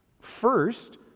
First